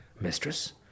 mistress